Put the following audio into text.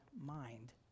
mind